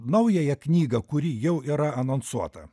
naująją knygą kuri jau yra anonsuota